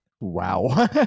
Wow